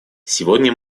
сегодня